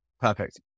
Perfect